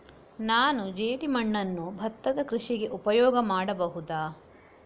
ನಾನು ಜೇಡಿಮಣ್ಣನ್ನು ಭತ್ತದ ಕೃಷಿಗೆ ಉಪಯೋಗ ಮಾಡಬಹುದಾ?